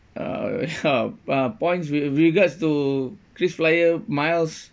uh ya uh points with regards to krisflyer miles